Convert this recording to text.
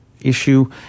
issue